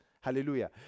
Hallelujah